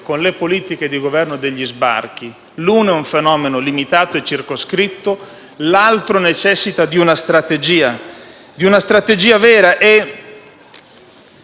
con le politiche di governo degli sbarchi, l'uno è un fenomeno limitato e circoscritto, l'altro necessita di una strategia vera. Vorrei dire